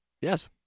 Yes